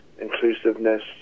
inclusiveness